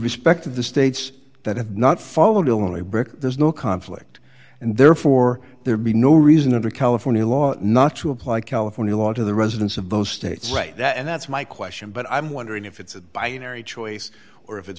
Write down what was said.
respect to the states that have not followed illinois there's no conflict and therefore there'd be no reason under california law not to apply california law to the residents of those states right now and that's my question but i'm wondering if it's by an area choice or if it's